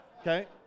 okay